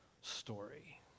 story